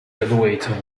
graduate